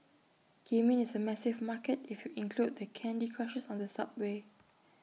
gaming is A massive market if you include the candy Crushers on the subway